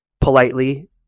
politely